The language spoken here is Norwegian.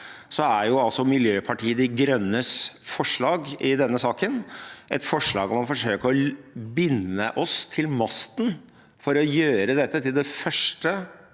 er altså Miljøpartiet De Grønnes forslag i denne saken et forslag om å forsøke å binde oss til masten – for å gjøre dette til det første